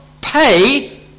pay